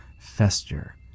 fester